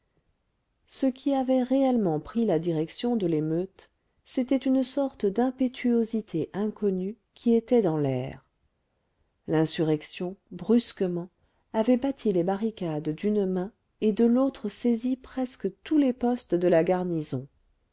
ce qui avait réellement pris la direction de l'émeute c'était une sorte d'impétuosité inconnue qui était dans l'air l'insurrection brusquement avait bâti les barricades d'une main et de l'autre saisi presque tous les postes de la garnison